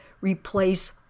replace